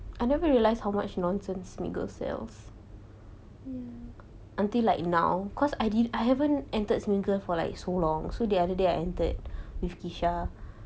I never realised how much nonsense smiggle sales until like now cause I didn't I haven't entered smuggler for like so long so the other day I entered with kesha